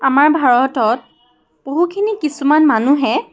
আমাৰ ভাৰতত বহুখিনি কিছুমান মানুহে